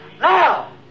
Now